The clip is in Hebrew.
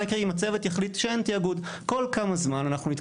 מה יקרה אם הצוות יחליט שאין תיאגוד.